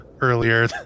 earlier